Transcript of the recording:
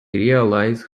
realize